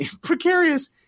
precarious